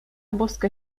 boska